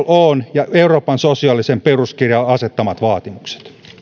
ja euroopan sosiaalisen peruskirjan asettamat vaatimukset